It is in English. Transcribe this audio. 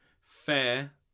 fair